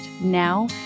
now